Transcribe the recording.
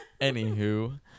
Anywho